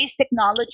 technology